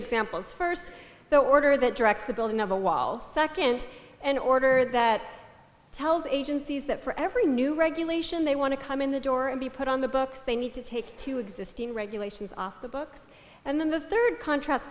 examples first the order that directs the building of a wall second an order that tells agencies that for every new regulation they want to come in the door and be put on the books they need to take two existing regulations off the books and then the third contra